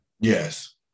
Yes